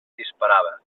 disparava